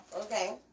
Okay